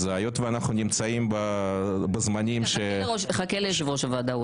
אז היות שאנחנו נמצאים בזמנים --- חכה ליושב ראש הוועדה,